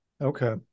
okay